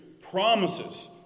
promises